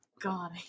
god